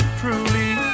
truly